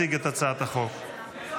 הצעת חוק לתיקון פקודת בתי הסוהר (מס' 64,